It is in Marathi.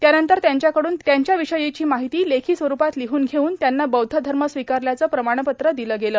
त्यानंतर त्यांच्याकडून त्यांच्याविषयीची माहिती लेखी स्वरूपात लिहन घेऊन त्यांना बौद्ध धर्म स्वीकारल्याच प्रमाणपत्र दिल गेलं